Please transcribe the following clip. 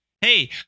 Hey